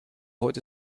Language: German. heute